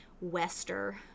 wester